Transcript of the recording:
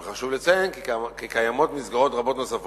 אך חשוב לציין כי קיימות מסגרות רבות נוספות,